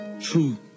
true